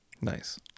Nice